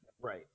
Right